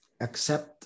accept